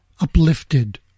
Uplifted